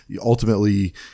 ultimately